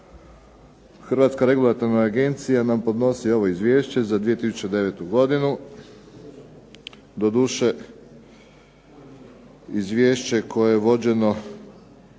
u tom kontekstu HERA nam podnosi ovo Izvješće za 2009. godinu. Doduše izvješće koje je vođeno